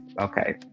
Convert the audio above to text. Okay